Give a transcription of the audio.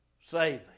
saving